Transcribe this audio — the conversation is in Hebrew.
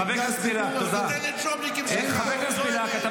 חבר הכנסת בליאק, מספיק.